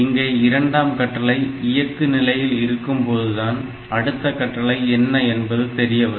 இங்கே இரண்டாம் கட்டளை இயக்கு நிலையில் இருக்கும்போதுதான் அடுத்த கட்டளை என்ன என்பது தெரியவரும்